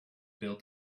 build